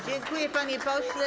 Dziękuję, panie pośle.